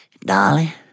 Dolly